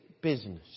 business